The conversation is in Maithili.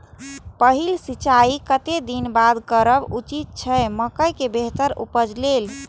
पहिल सिंचाई कतेक दिन बाद करब उचित छे मके के बेहतर उपज लेल?